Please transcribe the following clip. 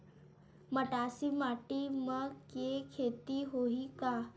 मटासी माटी म के खेती होही का?